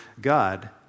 God